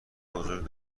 بزرگ